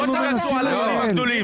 בואו נדבר על הדברים הגדולים.